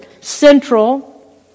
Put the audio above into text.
central